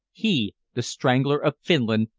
he, the strangler of finland,